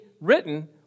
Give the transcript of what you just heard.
written